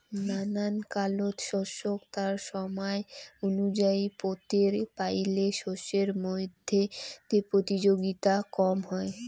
নানান কালত শস্যক তার সমায় অনুযায়ী পোতের পাইলে শস্যর মইধ্যে প্রতিযোগিতা কম হয়